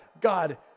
God